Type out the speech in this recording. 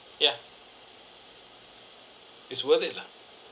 ya it's worth it lah